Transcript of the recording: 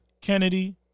Kennedy